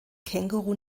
känguru